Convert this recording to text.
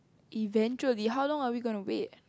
eventually how long are we gonna wait